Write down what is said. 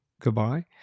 goodbye